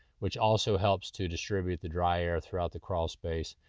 which also helps to distribute the dry air throughout the crawl space.